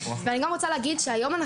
אני גם רוצה להגיד שהיום,